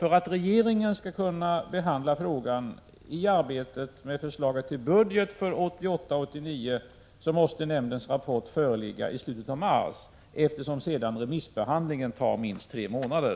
För att regeringen skall kunna behandla frågan i samband med arbetet med förslag till budget för 1988/89 måste nämndens rapport föreligga i slutet av mars, eftersom remissbehandlingen sedan tar minst tre månader.